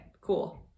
cool